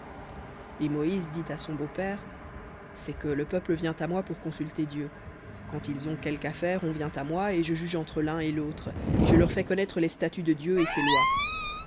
et moïse dit à son beau-père c'est que le peuple vient à moi pour consulter dieu quand ils ont quelque affaire on vient à moi et je juge entre l'un et l'autre et je leur fais connaître les statuts de dieu et ses lois